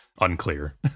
unclear